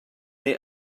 neu